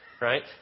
Right